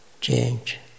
change